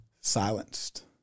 silenced